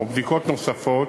ובדיקות נוספות,